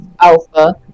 Alpha